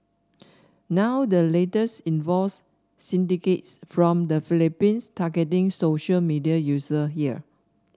now the latest involves syndicates from the Philippines targeting social media user here